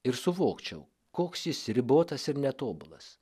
ir suvokčiau koks jis ribotas ir netobulas